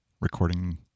recording